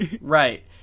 right